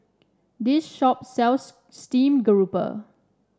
this shop sells Steamed Grouper